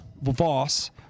Voss